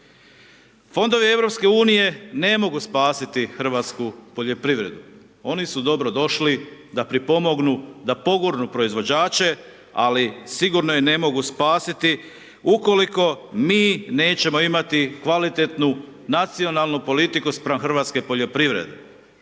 Fondovi EU-a ne mogu spasiti hrvatsku poljoprivredu. Oni su dobro došli da pripomognu, da pogurnu proizvođače ali sigurno je ne mogu spasiti ukoliko mi nećemo imati kvalitetnu nacionalnu politiku spram hrvatske poljoprivrede.